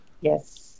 Yes